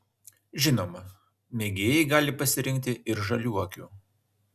žinoma mėgėjai gali pasirinkti ir žaliuokių